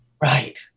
Right